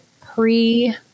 pre-